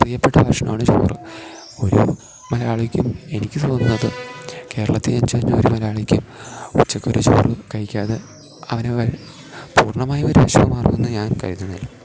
പ്രിയപ്പെട്ട ഭക്ഷണമാണ് ചോറ് ഒരു മലയാളിക്കും എനിക്ക് തോന്നുന്നത് കേരളത്തിൽ ജനിച്ചുകഴിഞ്ഞ ഒരു മലയാളിക്കും ഉച്ചക്ക് ഒരു ചോറ് കഴിക്കാതെ അവന് പൂർണ്ണമായി ഒരു വിശപ്പ് മാറുമെന്ന് ഞാൻ കരുതുന്നില്ല